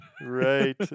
Right